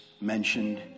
mentioned